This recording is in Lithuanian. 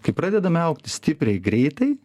kai pradedame augti stipriai greitai